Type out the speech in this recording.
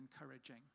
encouraging